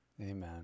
amen